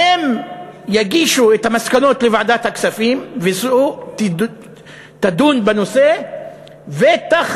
שיגישו את המסקנות לוועדת הכספים וזו תדון בנושא ותכריע?